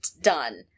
done